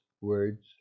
Words